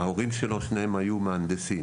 שני ההורים שלו היו מהנדסים.